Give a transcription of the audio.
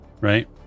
Right